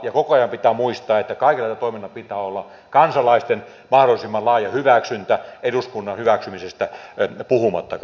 ja koko ajan pitää muistaa että kaikella tällä toiminnalla pitää olla kansalaisten mahdollisimman laaja hyväksyntä eduskunnan hyväksymisestä puhumattakaan